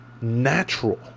natural